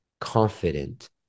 confident